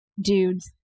dudes